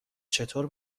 چطور